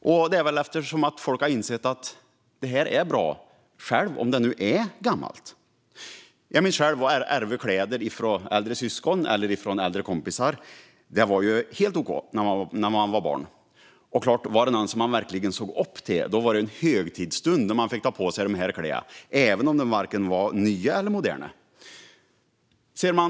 Det beror väl på att folk har insett att det är bra även om det är gammalt. Jag ärvde själv kläder från äldre syskon eller äldre kompisar. Det var helt okej när man var barn. Var det någon man verkligen såg upp till var det en högtidsstund när man fick ta på sig kläderna, även om de varken var nya eller moderna.